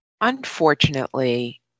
Unfortunately